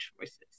choices